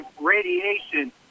radiation